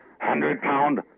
Hundred-pound